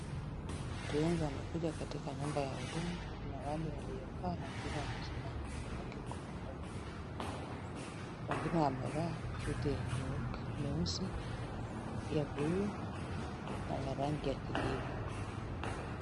Watu wengi wamekuja katika nyumba ya huduma. Kuna wale waliokaa na kuna wale wamesimama wanawake kwa wanaume. Wengine wamevaa suti nyeusi, ya buluu na ya rangi ya kijivu.